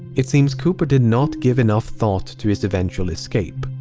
it seems cooper did not give enough thought to his eventual escape.